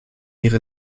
ihre